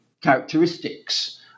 characteristics